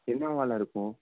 என்னாவாக இருக்கும்